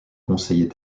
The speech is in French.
conseiller